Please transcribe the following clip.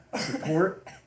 support